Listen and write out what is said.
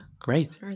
Great